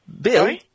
Bill